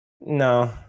No